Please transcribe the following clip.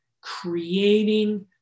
creating